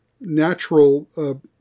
natural